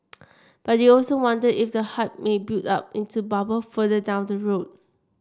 but he also wonder if the hype may build up into bubble further down the road